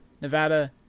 Nevada